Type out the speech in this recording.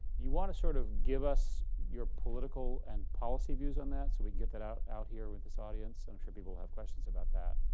you want to sort of give us your political and policy views on that so we can get that out out here with this audience? i'm sure people have questions about that.